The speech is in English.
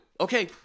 Okay